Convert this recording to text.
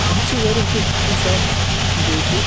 اَتھ چھِ واریاہ کیٚنٛہہ خصوٗصیات بیٚیہِ تہِ